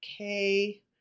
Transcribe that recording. okay